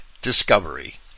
discovery